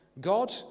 God